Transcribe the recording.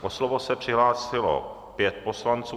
O slovo se přihlásilo pět poslanců.